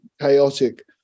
chaotic